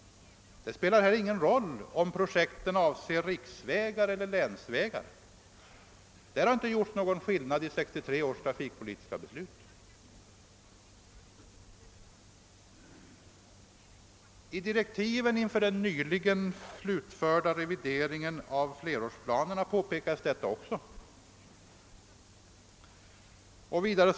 Detta angavs i trafikpropositionen och gäller fortfarande. Det sades inte att det skulle spela någon särskild roll om objekten avsåg riksvägar eller om de avsåg länsvägar. I direktiven inför den nyligen slutförda revideringen av flerårsplanerna refererades trafikpropositionens uttalande.